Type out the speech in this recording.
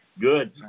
Good